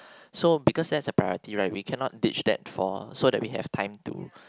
so because that's a priority right we cannot ditch that for so that we have time to